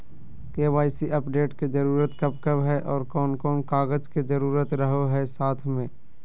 KYC update के जरूरत कब कब है और कौन कौन कागज के जरूरत रहो है साथ में?